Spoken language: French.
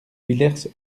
villers